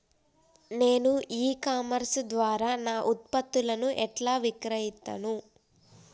నేను e commerce ద్వారా నా ఉత్పత్తులను ఎట్లా విక్రయిత్తను?